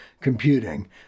computing